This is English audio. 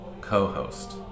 co-host